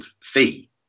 fee